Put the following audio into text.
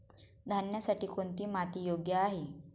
धान्यासाठी कोणती माती योग्य आहे?